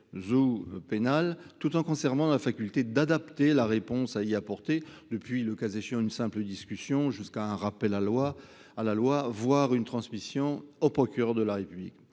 ou pénales, tout en conservant la faculté d’adapter la réponse à y apporter, depuis une simple discussion jusqu’à un rappel à la loi, voire une transmission au procureur de la République.